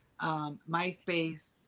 MySpace